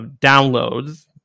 downloads